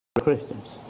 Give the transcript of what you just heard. Christians